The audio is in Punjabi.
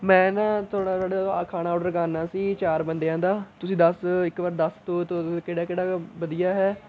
ਮੈਂ ਨਾ ਥੋੜ੍ਹਾ ਖਾਣਾ ਔਰਡਰ ਕਰਨਾ ਸੀ ਚਾਰ ਬੰਦਿਆਂ ਦਾ ਤੁਸੀਂ ਦੱਸ ਇਕ ਵਾਰ ਦੱਸ ਦਿਉ ਅਤੇ ਕਿਹੜਾ ਕਿਹੜਾ ਵਧੀਆ ਹੈ